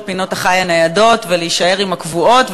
פינות-החי הניידות ולהישאר עם הקבועות,